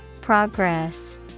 Progress